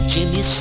Jimmy